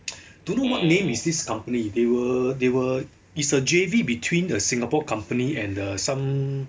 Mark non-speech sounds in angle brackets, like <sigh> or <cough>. <noise> don't know what name is this company they were they were is a J_V between the singapore company and the some